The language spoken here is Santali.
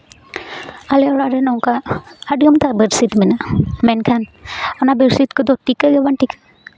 ᱟᱞᱮ ᱚᱲᱟᱜ ᱨᱮ ᱱᱚᱝᱠᱟ ᱟᱹᱰᱤ ᱟᱢᱫᱟ ᱵᱮᱰᱥᱤᱴ ᱢᱮᱱᱟᱜᱼᱟ ᱢᱮᱱᱠᱷᱟᱱ ᱚᱱᱟ ᱵᱮᱰᱥᱤᱴ ᱠᱚᱫᱚ ᱴᱤᱠᱟᱹᱣ ᱜᱮᱵᱟᱝ ᱴᱤᱠᱟᱹᱜᱼᱟ